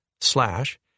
slash